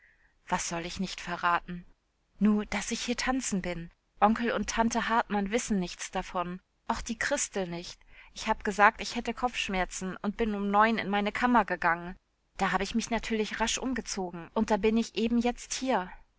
was soll ich nicht verraten nu daß ich hier tanzen bin onkel und tante hartmann wissen nichts davon auch die christel nicht ich hab gesagt ich hätte kopfschmerzen und bin um neun in meine kammer gegangen da hab ich mich natürlich rasch umgezogen und da bin ich eben jetzt hier